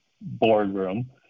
boardroom